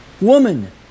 Woman